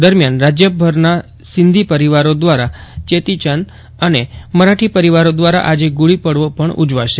દરમ્યાન રાજ્યભરના સિંધી પરિવારો દ્વારા ચેટીચંડ અને મરાઠી પરિવારો દ્વારા આજે ગુડી પડવો પજ્ઞ ઉજવાશે